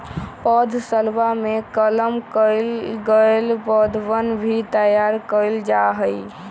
पौधशलवा में कलम कइल गैल पौधवन भी तैयार कइल जाहई